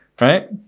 right